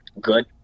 good